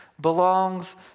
belongs